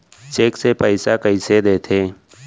Cheque से पइसा कइसे देथे?